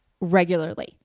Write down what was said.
regularly